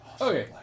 Okay